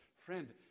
friend